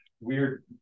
weird